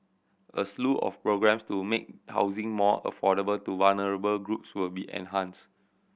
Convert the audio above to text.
a slew of programmes to make housing more affordable to vulnerable groups will be enhanced